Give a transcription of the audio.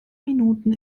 minuten